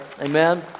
Amen